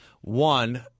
One